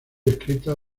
escrita